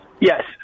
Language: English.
Yes